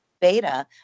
beta